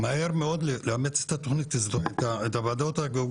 ואני ממליץ מהר מאוד מאוד לאמץ את הוועדות הגיאוגרפיות,